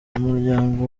umuryango